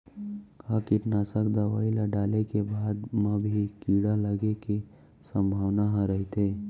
का कीटनाशक दवई ल डाले के बाद म भी कीड़ा लगे के संभावना ह रइथे?